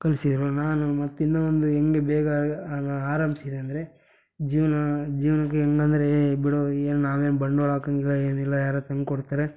ಕಲಿಸಿದ್ರು ನಾನು ಮತ್ತು ಇನ್ನೂ ಒಂದು ಹೆಂಗ್ ಬೇಗ ಆರಂಭಿಸಿದೆ ಅಂದರೆ ಜೀವನ ಜೀವನಕ್ಕೆ ಹೇಗಂದ್ರೆ ಏಯ್ ಬಿಡೋ ಏನೂ ನಾವೇನು ಬಂಡವಾಳ ಹಾಕೋಂಗಿಲ್ಲ ಏನಿಲ್ಲ ಯಾರಾದ್ರ್ ತಂದುಕೊಡ್ತಾರೆ